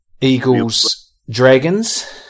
Eagles-Dragons